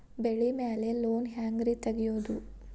ಬೆಳಿ ಮ್ಯಾಲೆ ಲೋನ್ ಹ್ಯಾಂಗ್ ರಿ ತೆಗಿಯೋದ?